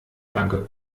danke